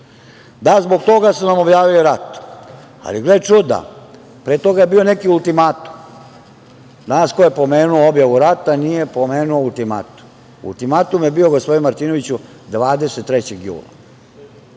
zbog toga su nam objavili rat. Ali, gle čuda, pre toga je bio neki ultimatum. Danas ko je pomenuo objavu rata nije pomenuo ultimatum. Ultimatum je bio, gospodine Martinoviću, 23. jula.